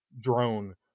drone